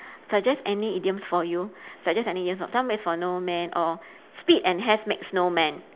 suggest any idioms for you suggest any idioms time waits for no man or speed and haste makes no man